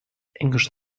english